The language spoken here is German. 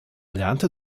lernte